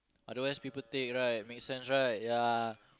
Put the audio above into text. otherwise people take right make sense right ya